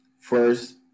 first